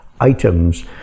items